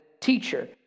teacher